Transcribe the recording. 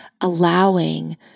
allowing